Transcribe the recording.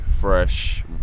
fresh